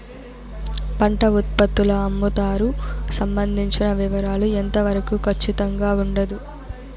పంట ఉత్పత్తుల అమ్ముతారు సంబంధించిన వివరాలు ఎంత వరకు ఖచ్చితంగా ఉండదు?